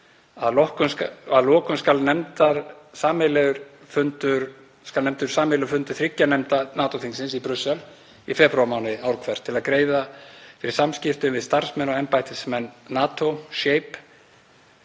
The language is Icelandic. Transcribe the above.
Að lokum skal nefndur sameiginlegur fundur þriggja nefnda NATO-þingsins í Brussel í febrúarmánuði ár hvert til að greiða fyrir samskiptum við starfsmenn og embættismenn NATO, SHAPE,